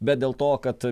bet dėl to kad